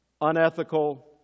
unethical